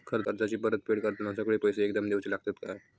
कर्जाची परत फेड करताना सगळे पैसे एकदम देवचे लागतत काय?